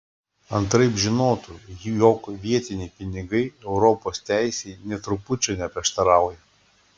antraip žinotų jog vietiniai pinigai europos teisei nė trupučio neprieštarauja